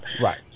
Right